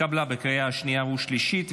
התקבלה בקריאה שנייה ושלישית,